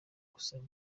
gusaba